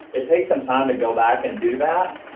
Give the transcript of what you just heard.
it takes some time to go back and do that.